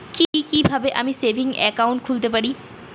কি কিভাবে আমি একটি সেভিংস একাউন্ট খুলতে পারি?